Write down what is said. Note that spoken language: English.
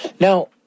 now